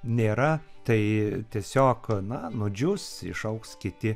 nėra tai tiesiog na nudžius išaugs kiti